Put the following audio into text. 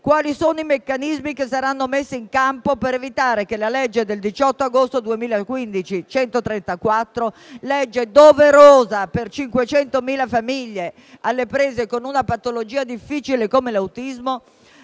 quali meccanismi saranno messi in campo per evitare che la legge 18 agosto 2015, n. 134 (una legge doverosa per le 500.000 famiglie alle prese con una patologia difficile come l'autismo)